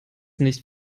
nicht